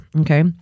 okay